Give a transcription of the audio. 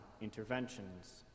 interventions